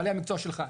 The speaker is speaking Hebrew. בעלי המקצוע שלך,